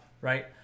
right